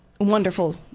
wonderful